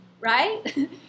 right